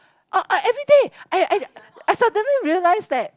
oh oh everyday I I suddenly realise that